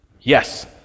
Yes